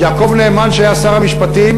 יעקב נאמן, שהיה שר המשפטים,